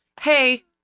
Hey